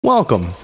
Welcome